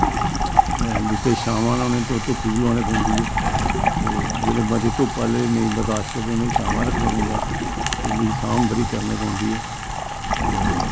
बूह्टे शामा न उनें धुप्प बी लोआना पौंदी ऐ ते जेल्लै मती धुप्प आह्ले नेईं बरदाशत करदे उने शामा रक्खना पौंदा ते इंदी सांभ बड़ी करनी पौंदी ऐ